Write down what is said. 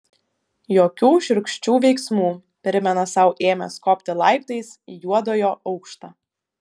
jokių šiurkščių veiksmų primena sau ėmęs kopti laiptais į juodojo aukštą